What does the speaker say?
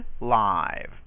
live